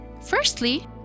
Firstly